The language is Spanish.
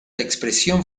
expresión